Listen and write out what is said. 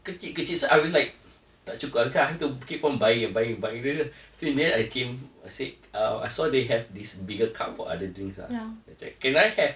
kecil kecil so I always like tak cukup I have to keep on buying and buying and buying later so in the end I came I said oh I saw they have this bigger cup for other drinks ah terus cakap can I have